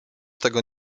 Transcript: tego